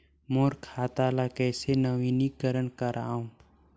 मोर खाता ल कइसे नवीनीकरण कराओ?